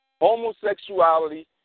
Homosexuality